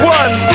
one